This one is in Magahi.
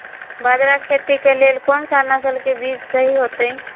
बाजरा खेती के लेल कोन सा नसल के बीज सही होतइ?